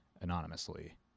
anonymously